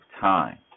time